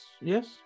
yes